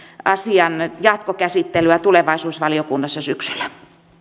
asian jatkokäsittelyä tulevaisuusvaliokunnassa syksyllä